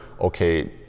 okay